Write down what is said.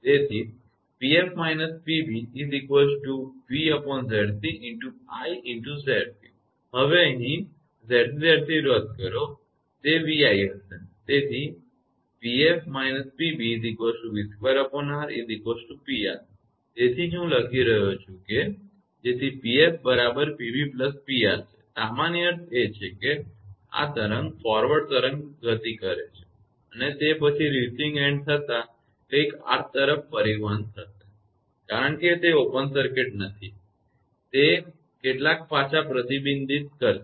તેથી 𝑃𝑓−𝑃𝑏 𝑣𝑍𝑐×𝑖𝑍𝑐 તેથી 𝑍𝑐 𝑍𝑐 રદ કરો તે 𝑣𝑖 હશે તેથી 𝑃𝑓 − 𝑃𝑏 𝑣2𝑅 𝑃𝑅 તેથી જ હું લખી રહ્યો છું કે જેથી 𝑃𝑓 બરાબર 𝑃𝑏 𝑃𝑅 છે સામાન્ય અર્થ એ છે કે તરંગ ફોરવર્ડ તરંગ ગતિ કરે છે અને તે પછી રિસીવીંગ એન્ડ થતાં કંઈક R તરફ પરિવહન થશે કારણ કે તે ઓપન સર્કિટ નથી અને કેટલાક પાછા પ્રતિબિંબિત થશે